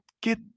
Get